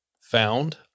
found